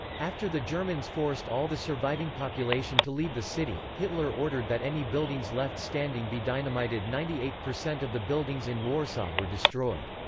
after the germans forced all the surviving population to leave the city, hitler ordered that any buildings left standing be dynamited ninety eight percent of the buildings in warsaw were destroyed.